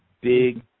big